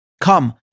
Come